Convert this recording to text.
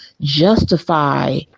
justify